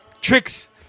Tricks